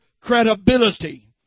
credibility